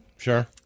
Sure